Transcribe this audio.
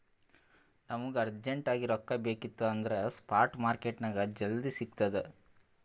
ನಮುಗ ಅರ್ಜೆಂಟ್ ಆಗಿ ರೊಕ್ಕಾ ಬೇಕಿತ್ತು ಅಂದುರ್ ಸ್ಪಾಟ್ ಮಾರ್ಕೆಟ್ನಾಗ್ ಜಲ್ದಿ ಸಿಕ್ತುದ್